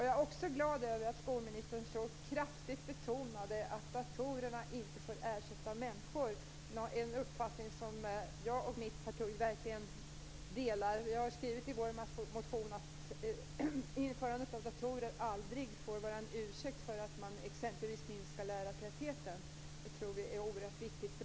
Jag är också glad över att skolministern så kraftigt betonade att datorerna inte får ersätta människor - en uppfattning som jag och mitt parti verkligen delar. Vi har skrivit i vår motion att införandet av datorer aldrig får vara en ursäkt för att man exempelvis minskar lärartätheten. Det tror vi är oerhört viktigt.